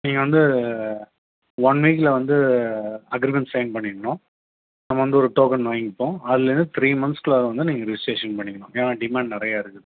நீங்கள் வந்து ஒன் வீக்கில் வந்து அக்ரீமெண்ட் சைன் பண்ணிடணும் நம்ம வந்து ஒரு டோக்கன் வாங்கிப்போம் அதிலேருந்து த்ரீ மந்த்ஸ்க்குள்ளாரே வந்து நீங்கள் ரிஜிஸ்ட்ரேஷன் பண்ணிக்கணும் ஏன்னா டிமாண்ட் நிறையா இருக்குது